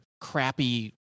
crappy